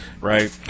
Right